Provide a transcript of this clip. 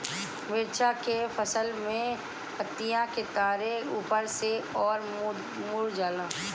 मिरचा के फसल में पतिया किनारे ऊपर के ओर मुड़ जाला?